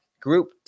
group